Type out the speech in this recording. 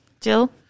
Jill